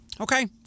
Okay